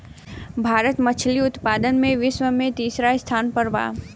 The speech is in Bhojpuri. भारत मछली उतपादन में विश्व में तिसरा स्थान पर बा